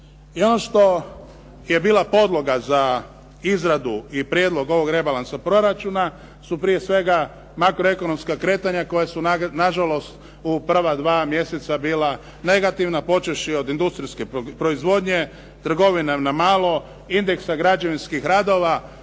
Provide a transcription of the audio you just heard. I ono što je bila podloga za izradu i prijedlog ovog rebalansa proračuna su prije svega makroekonomska kretanja koja su nažalost u prva dva mjeseca bila negativna počevši od industrijske proizvodnje, trgovine na malo, indeksa građevinskih radova,